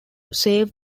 save